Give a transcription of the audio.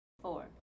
four